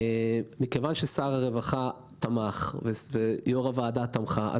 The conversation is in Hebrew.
שר הרווחה תמך בו ויו"ר הוועדה תמכה בו.